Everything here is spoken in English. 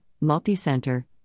multi-center